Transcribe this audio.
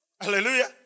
Hallelujah